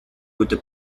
with